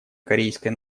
корейской